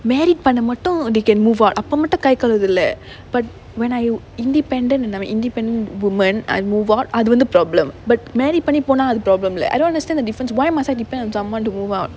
married பண்ணா மட்டும்:pannaa mattum they can move out அப்ப மட்டும் கை கழுவதில்ல:appe mattum kai kaluvathilla but when I am independent நம்ம:namma independent woman I move out அது வந்து:athu vanthu problem but marry பண்ணி போனா அது:panni pona athu problem இல்ல:illa I don't understand the difference why must I depend on someone to move out